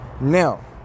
Now